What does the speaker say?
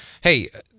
hey